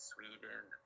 Sweden